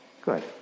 Good